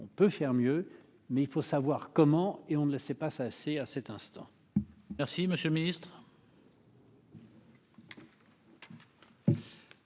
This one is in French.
on peut faire mieux, mais il faut savoir comment et on ne le sait pas, ça c'est à cet instant. Merci, monsieur le Ministre.